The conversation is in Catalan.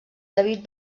david